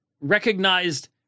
recognized